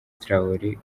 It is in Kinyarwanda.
traore